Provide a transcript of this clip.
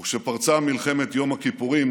וכשפרצה מלחמת יום הכיפורים